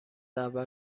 اول